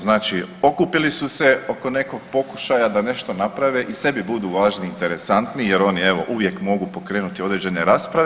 Znači okupili su se oko nekog pokušaja da nešto naprave i sebi budu važni i interesantni jer oni evo uvijek mogu pokrenuti određene rasprave.